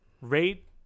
Rate